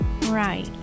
Right